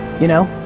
you know?